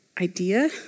idea